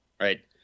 right